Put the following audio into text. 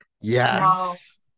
Yes